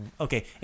Okay